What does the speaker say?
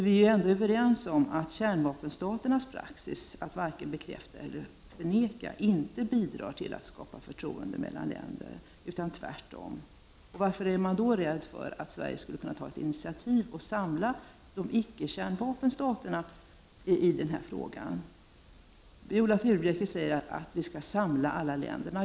Vi är ju ändå överens om att kärnvapenstaternas praxis — att varken bekräfta eller förneka — inte bidrar till att förtroende skapas mellan länder, tvärtom. Varför är man då rädd för att Sverige skulle ta ett initiativ och samla icke-kärnvapenstaterna i den här frågan? Viola Furubjelke säger att vi skall samla alla länderna.